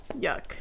Yuck